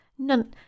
None